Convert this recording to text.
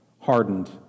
hardened